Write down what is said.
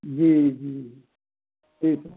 जी जी ठीक है